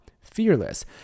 Fearless